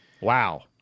Wow